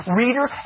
reader